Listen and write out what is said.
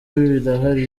birahari